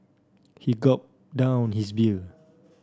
he gulped down his beer